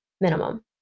minimum